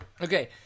okay